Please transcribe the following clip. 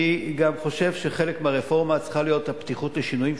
אני גם חושב שחלק מהרפורמה צריכה להיות הפתיחות לשינויים.